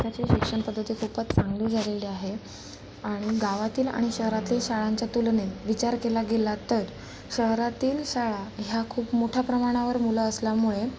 आत्ताची शिक्षण पद्धती खूपच चांगली झालेली आहे आणि गावातील आणि शहरातील शाळांच्या तुलनेत विचार केला गेला तर शहरातील शाळा ह्या खूप मोठ्या प्रमाणावर मुलं असल्यामुळे